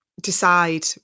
decide